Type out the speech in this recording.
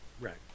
Right